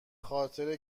خاطر